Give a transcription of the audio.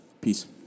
Peace